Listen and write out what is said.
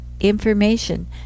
information